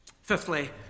Fifthly